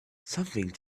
something